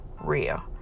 real